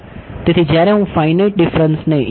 તેથી જ્યારે હું ફાઇનાઇટ પર હોય છે